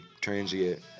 transient